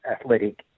athletic